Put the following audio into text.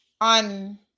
on